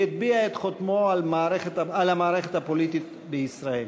והטביע את חותמו על המערכת הפוליטית בישראל.